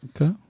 Okay